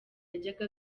yajyaga